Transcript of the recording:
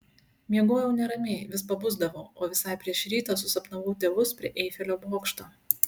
miegojau neramiai vis pabusdavau o visai prieš rytą susapnavau tėvus prie eifelio bokšto